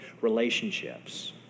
relationships